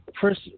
First